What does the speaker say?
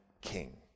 king